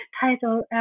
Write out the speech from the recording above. title